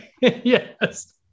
Yes